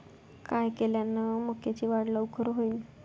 काय केल्यान मक्याची वाढ लवकर होईन?